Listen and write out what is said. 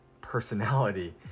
personality